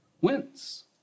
wins